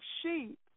sheep